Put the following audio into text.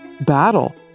battle